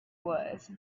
was